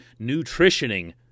nutritioning